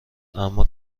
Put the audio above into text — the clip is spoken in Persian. اما